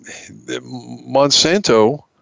Monsanto